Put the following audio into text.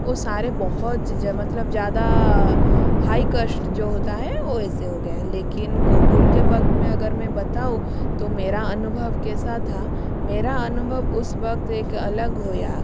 वो सारे बहुत चीज़ें मतलब ज़्यादा हाई कष्ट जो होता हे वो वैसे हो गया है लेकिन कोभिड़ के वक़्त में अगर मे बताऊँ तो मेरा अनुभव कैसा था मेरा अनुभव उस वक़्त एक अलग होया